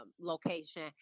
location